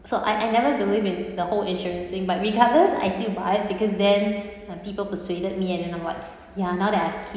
so I I never believe in the whole insurance thing but regardless I still buy it because then people persuaded me and them I'm like ya now that I've kid